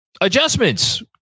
adjustments